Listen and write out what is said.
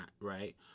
Right